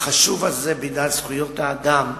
החשוב הזה בעניין זכויות האדם,